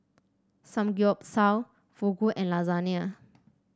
Samgyeopsal Fugu and Lasagna